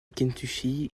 kentucky